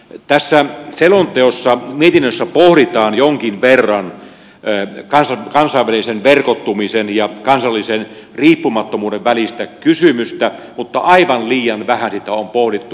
tässä selonteossa mietinnössä pohditaan jonkin verran kansainvälisen verkottumisen ja kansallisen riippumattomuuden välistä kysymystä mutta aivan liian vähän sitä on pohdittu